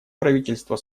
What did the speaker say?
правительство